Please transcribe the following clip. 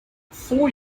four